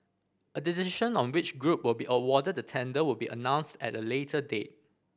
a decision on which group will be awarded the tender will be announced at a later date